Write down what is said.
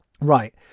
Right